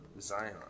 Zion